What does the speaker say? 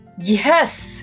Yes